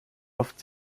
oft